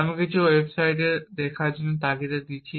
আমি কিছু ওয়েবসাইট দেখার জন্য তাগিদ দিয়েছি